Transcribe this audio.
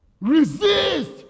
Resist